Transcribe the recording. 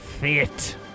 fit